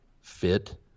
fit